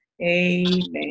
Amen